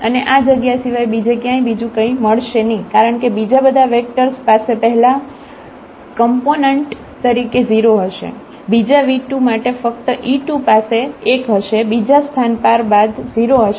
અને આ જગ્યા સિવાય બીજે ક્યાંય બીજું કઈ મળશે નહિ કારણ કે બીજા બધા વેક્ટર્સ પાસે પહેલા કમ્પોનન્ટ તરીકે 0 હશે બીજા v2માટે ફક્ત e2 પાસે 1 હશે બીજા સ્થાન પાર બધા 0 હશે